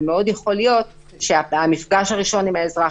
וכך יכול להיות שהמפגש הראשון של האזרח